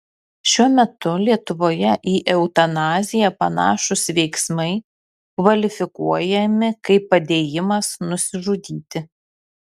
šiuo metu lietuvoje į eutanaziją panašūs veiksmai kvalifikuojami kaip padėjimas nusižudyti